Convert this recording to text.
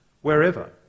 wherever